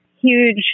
huge